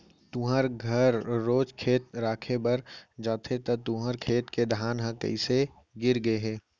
तुँहर घर रोज खेत राखे बर जाथे त तुँहर खेत के धान ह कइसे गिर गे हे?